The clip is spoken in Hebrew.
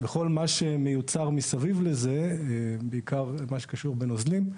וכל מה שמיוצר מסביב לזה, בעיקר מה שקשור בנוזלים,